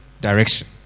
direction